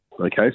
Okay